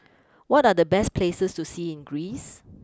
what are the best places to see in Greece